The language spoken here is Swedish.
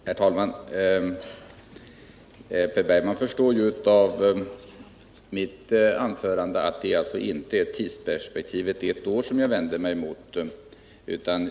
Herr talman! Per Bergman förstår säkert av mitt anförande att det inte är tidsperspektivet ett år som jag vänder mig emot.